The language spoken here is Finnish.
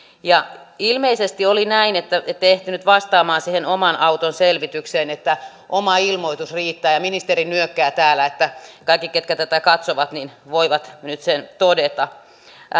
ja ilmeisesti oli näin ette ehtinyt vastaamaan siihen oman auton selvitykseen että oma ilmoitus riittää ministeri nyökkää täällä niin että kaikki jotka tätä katsovat voivat nyt sen todeta